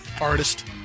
Artist